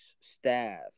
staff